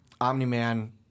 Omni-Man